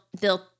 built